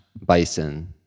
bison